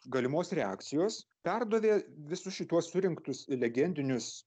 galimos reakcijos perdavė visus šituos surinktus legendinius